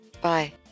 Bye